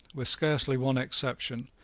with scarcely one exception,